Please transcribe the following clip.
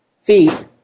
feet